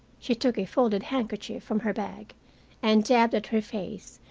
she took a folded handkerchief from her bag and dabbed at her face,